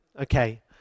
Okay